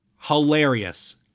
Hilarious